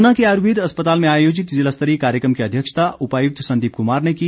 ऊना के आयुर्वेद अस्पताल में आयोजित जिला स्तरीय कार्यक्रम की अध्यक्षता उपायुक्त संदीप कुमार ने की